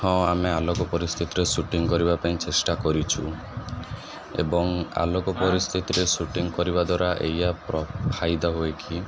ହଁ ଆମେ ଆଲୋକ ପରିସ୍ଥିତିରେ ସୁଟିଙ୍ଗ କରିବା ପାଇଁ ଚେଷ୍ଟା କରିଛୁ ଏବଂ ଆଲୋକ ପରିସ୍ଥିତିରେ ସୁଟିଙ୍ଗ କରିବା ଦ୍ୱାରା ଏଇଆ ଫାଇଦା ହୁଏ କି